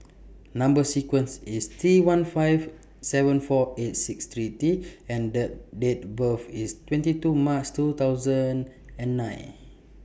Number sequence IS T one five seven four eight six three T and Date Date of birth IS twenty two March two thousand and nine